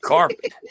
Carpet